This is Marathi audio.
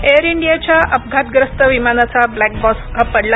एअर इंडियाच्या अपघातग्रस्त विमानाचा ब्लॅक बॉक्स सापडला